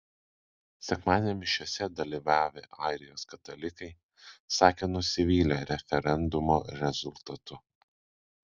sekmadienio mišiose dalyvavę airijos katalikai sakė nusivylę referendumo rezultatu